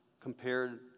Compared